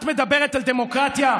את מדברת על דמוקרטיה?